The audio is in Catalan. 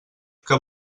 que